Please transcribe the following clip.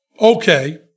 okay